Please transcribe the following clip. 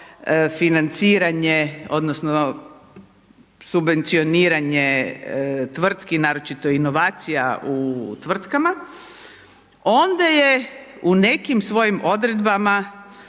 financiranje odnosno subvencioniranje tvrtki naročito inovacija u tvrtkama, onda je u nekim svojim odredbama